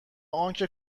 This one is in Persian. آنکه